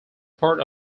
part